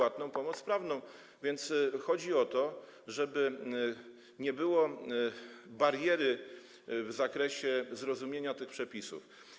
A więc chodzi o to, żeby nie było bariery w zakresie zrozumienia tych przepisów.